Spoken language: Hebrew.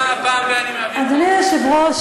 אדוני היושב-ראש,